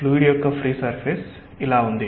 fluid యొక్క free surface ఇలా ఉంది